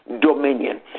dominion